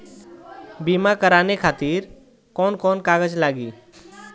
बीमा कराने खातिर कौन कौन कागज लागी?